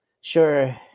sure